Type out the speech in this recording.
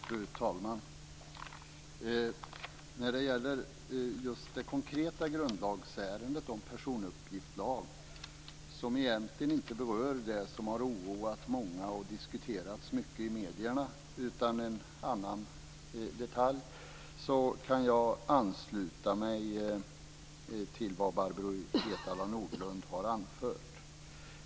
Fru talman! När det gäller just det konkreta grundlagsärendet om personuppgiftslag, som egentligen inte berör det som har oroat många och diskuterats mycket i medierna, utan en annan detalj, kan jag ansluta mig till det Barbro Hietala Nordlund har anfört.